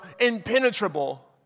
impenetrable